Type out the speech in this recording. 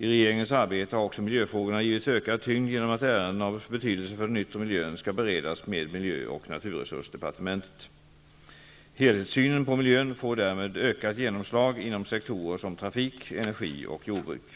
I regeringens arbete har också miljöfrågorna givits ökad tyngd genom att ärenden av betydelse för den yttre miljön skall beredas med miljöoch naturresursdepartementet. Helhetssynen på miljön får därmed ökat genomslag inom sektorer som trafik, energi och jordbruk.